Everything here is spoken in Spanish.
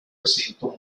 recinto